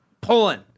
pulling